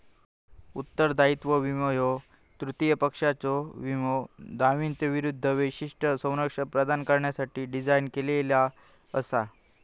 उत्तरदायित्व विमो ह्यो तृतीय पक्षाच्यो विमो दाव्यांविरूद्ध विशिष्ट संरक्षण प्रदान करण्यासाठी डिझाइन केलेला असा